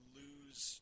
lose